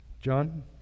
John